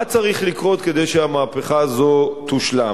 מה צריך לקרות כדי שהמהפכה הזאת תושלם?